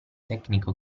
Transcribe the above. tecnico